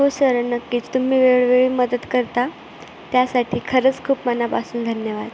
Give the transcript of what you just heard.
हो सर नक्कीच तुम्ही वेळोवेळी मदत करता त्यासाठी खरंच खूप मनापासून धन्यवाद